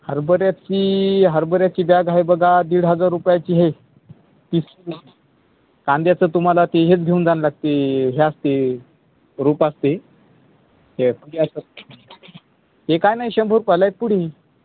हरभऱ्याची हरभऱ्याची बॅग आहे बघा दीड हजार रुपयाची हे पिशवी कांद्याचं तुम्हाला ते हेच घेऊन जान लागते हे असते रोप असते हे पुडी असते हे काय नाही शंभर रुपायला आहे पुडी